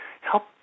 help